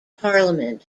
parliament